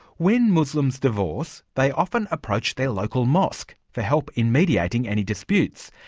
when muslims divorce, they often approach their local mosque for help in mediating any disputes.